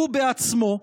הוא בעצמו.